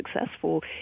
successful